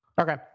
Okay